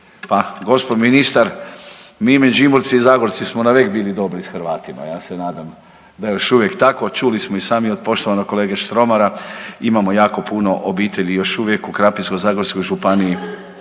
pa gospon ministar, mi Međimurci i Zagorci smo navek bili dobri s Hrvatima, ja se nadam da je još uvijek tako. Čuli smo i sami od poštovanog kolege Štromara, imamo jako puno obitelji još uvijek, u Krapinsko-zagorskoj županiji